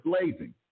blazing